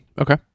Okay